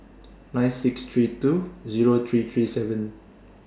nine six three two Zero three three seven